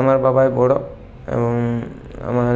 আমার বাবাই বড়ো এবং আমার